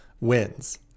wins